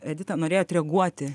edita norėjot reaguoti